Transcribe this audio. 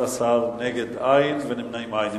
בעד, 11, נגד, אין, נמנעים, אין.